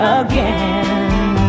again